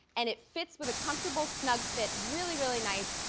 and it fits with a comfortable snug fit, really, really nice.